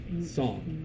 song